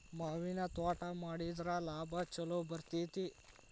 ಮಾವಿನ ತ್ವಾಟಾ ಮಾಡಿದ್ರ ಲಾಭಾ ಛಲೋ ಬರ್ತೈತಿ